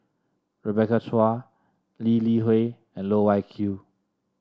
Rebecca Chua Lee Li Hui and Loh Wai Kiew